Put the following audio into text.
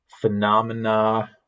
phenomena